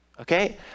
Okay